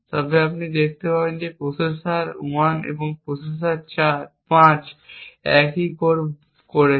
তবে আপনি দেখতে পাবেন যে প্রসেসর 1 এবং প্রসেসর 5 একই কোর ভাগ করছে